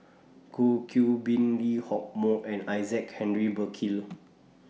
Goh Qiu Bin Lee Hock Moh and Isaac Henry Burkill